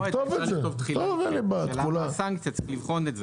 את שאלת הסנקציה צריך לבחון.